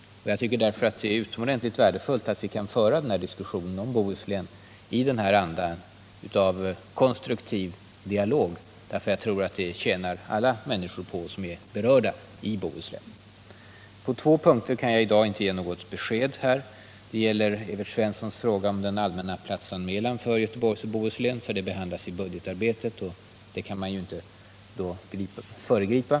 Jag tycker därför att det är utomordentligt värdefullt att vi kan föra denna diskussion om Bohuslän i denna anda av konstruktiv dialog — alla människor i Bohuslän som är berörda tjänar på det. På två punkter kan jag i dag inte ge något besked. Den ena gäller Evert Svenssons fråga om den allmänna platsanmälan för Göteborgs och Bohuslän. Den frågan behandlas i budgetarbetet, och resultatet av det kan jag inte föregripa.